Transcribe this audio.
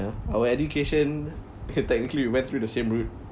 our education technically we went through the same route